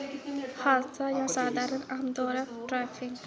हादसा जां सधारण आमदोरफ्त ट्रैफिक